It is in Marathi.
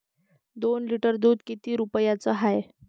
दोन लिटर दुध किती रुप्याचं हाये?